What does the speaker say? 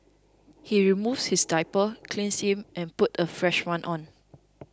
she removes his diaper cleans him and puts a fresh one on